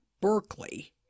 Berkeley